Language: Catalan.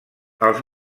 els